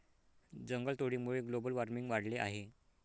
जंगलतोडीमुळे global warming वाढले आहे